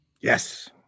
Yes